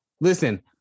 Listen